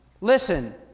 Listen